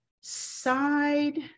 side